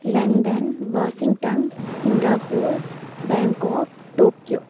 London Washington Singapore Bangkok Tokyo